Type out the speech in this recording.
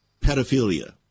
pedophilia